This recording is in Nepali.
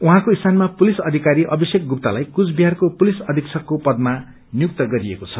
उहाँको स्थानमा पुलिस अधिकारी अभिषेक गुप्तालाई कुचबिहारको पुलिस अधिक्षकको पदमा नियुक्त गरिएको छ